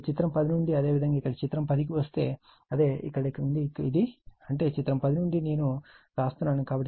మరియు చిత్రం 10 నుండి అదేవిధంగా ఇక్కడ చిత్రం 10 కి వస్తే అదే ఇక్కడ నుండి ఇది అంటేచిత్రం 10 నుండి నేను వ్రాస్తున్నాను